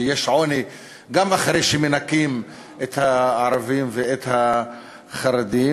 יש עוני גם אחרי שמנכים את הערבים ואת החרדים,